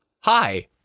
Hi